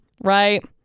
right